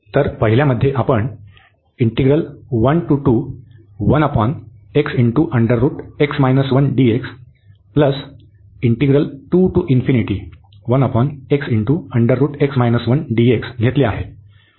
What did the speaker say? तर पहिल्यामध्ये आपण घेतला आहे